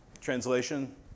Translation